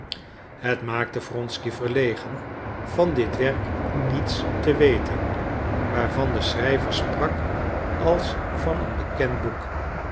het maakte wronsky verlegen van dit werk niets te weten waarvan de schrijver sprak als van een bekend boek